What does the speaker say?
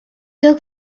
took